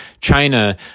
China